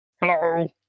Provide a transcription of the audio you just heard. hello